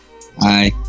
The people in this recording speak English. Hi